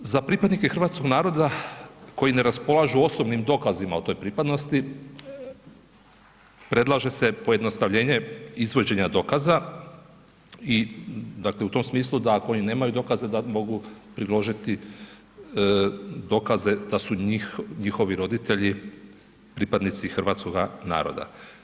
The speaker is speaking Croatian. Za pripadnike hrvatskog naroda koji ne raspolažu osobnim dokazima o toj pripadnosti predlaže se pojednostavljenje izvođenja dokaza i dakle u tom smislu da ako oni nemaju dokaze da mogu priložiti dokaze da su njihovi roditelji pripadnici hrvatskoga naroda.